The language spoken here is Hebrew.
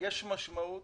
יש משמעות